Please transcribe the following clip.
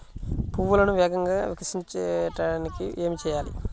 పువ్వులను వేగంగా వికసింపచేయటానికి ఏమి చేయాలి?